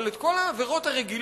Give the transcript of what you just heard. אבל את כל העבירות הרגילות,